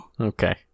Okay